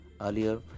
earlier